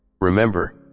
Remember